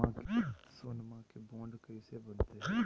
सोनमा के बॉन्ड कैसे बनते?